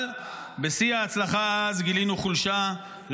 אבל בשיא ההצלחה אז גילינו חולשה,